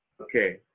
Okay